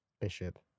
Bishop